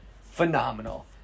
Phenomenal